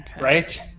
right